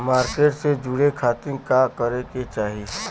Market से जुड़े खाती का करे के चाही?